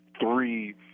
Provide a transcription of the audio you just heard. three